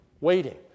waiting